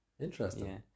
interesting